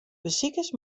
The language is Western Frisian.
besikers